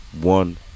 one